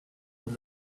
from